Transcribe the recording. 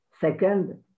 Second